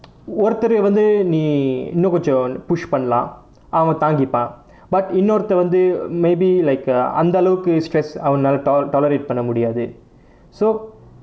ஒருத்தரு வந்து நீ இன்னும் கொஞ்சம்:orutharu vanthu nee innum konjam push பண்லாம் அவன் தாங்கிப்பான்:panlaam avan taangippaan but இன்னொருத்தன் வந்து:innoruthan vanthu maybe like அந்த அளவுக்கு:antha alavukku stress அவனாளே:avanaalae tole~ tolerate பண்ண முடியாது:panna mudiyaathu so